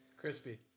Crispy